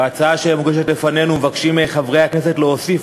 בהצעה שמוגשת לפנינו מבקשים חברי הכנסת להוסיף